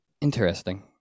Interesting